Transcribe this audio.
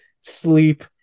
sleep